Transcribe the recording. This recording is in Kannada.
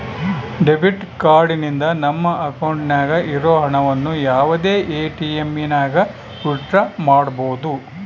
ಡೆಬಿಟ್ ಕಾರ್ಡ್ ನಿಂದ ನಮ್ಮ ಅಕೌಂಟ್ನಾಗ ಇರೋ ಹಣವನ್ನು ಯಾವುದೇ ಎಟಿಎಮ್ನಾಗನ ವಿತ್ ಡ್ರಾ ಮಾಡ್ಬೋದು